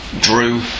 Drew